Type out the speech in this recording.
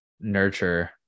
nurture